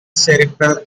cerebral